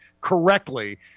correctly